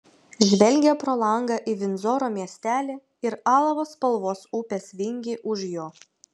žvelgė pro langą į vindzoro miestelį ir alavo spalvos upės vingį už jo